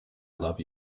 love